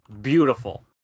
Beautiful